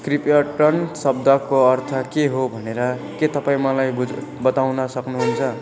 कृपया टर्न शब्दको अर्थ के हो भनेर के तपाईँ मलाई बुझा बताउन सक्नुहुन्छ